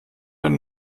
ein